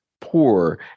poor